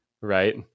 Right